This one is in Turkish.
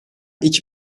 iki